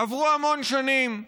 עברו המון שנים.